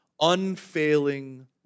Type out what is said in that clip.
unfailing